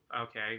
okay